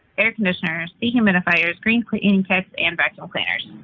air conditioners, dehumidifiers, green cleaning kit and vacuum cleaners.